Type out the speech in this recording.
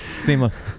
seamless